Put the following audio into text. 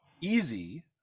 easy